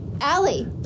allie